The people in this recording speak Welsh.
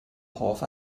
hoff